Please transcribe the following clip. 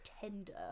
Tender